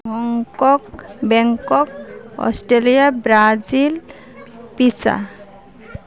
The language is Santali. Hong Kong Bangkok Australia Brazil Pisa